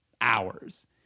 hours